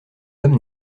homme